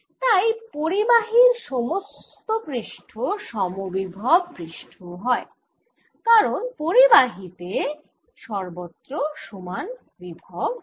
তাই পরিবাহিত সমস্ত পৃষ্ঠ সমবিভব পৃষ্ঠ হয় কারণ পরিবাহিতে তে সর্বত্র সমান বিভব হয়